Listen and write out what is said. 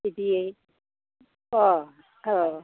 बिदियै अह औ